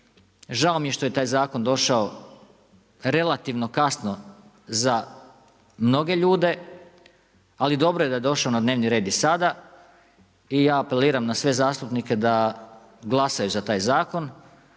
žao mije što je taj zakon došao relativno kasno za mnoge ljude, ali dobro je da je došao na dnevni red i sada i ja apeliram na sve zastupnike da glasaju za taj zakon.